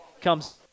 comes